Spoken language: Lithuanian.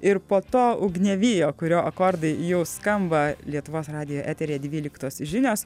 ir po to ugniavijo kurio akordai jau skamba lietuvos radijo eteryje dvyliktos žinios